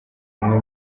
umwe